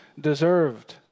deserved